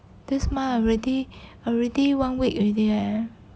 this month already already one week already eh